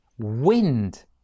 Wind